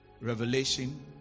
Revelation